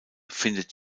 findet